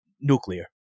nuclear